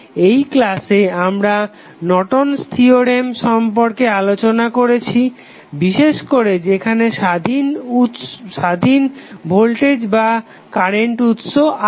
এই ক্লাসে আমরা নর্টন'স থিওরেম Nortons theorem সম্পর্কে আলোচনা করেছি বিশেষ করে যেখানে স্বাধীন ভোল্টেজ বা কারেন্ট উৎস আছে